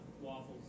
waffles